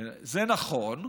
זה נכון.